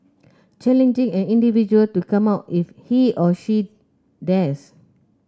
challenging an individual to 'come out' if he or she dares